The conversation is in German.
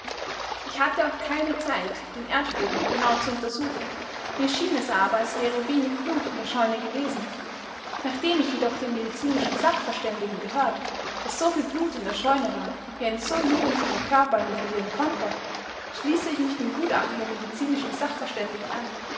ich hatte auch keine zeit den erdboden genau zu untersuchen mir schien es aber als wäre wenig blut in der scheune gewesen nachdem ich jedoch von den medizinischen sachverständigen gehört daß soviel blut in der scheune war wie ein so jugendlicher körper nur verlieren konnte schließe ich mich dem gutachten der medizinischen sachverständigen an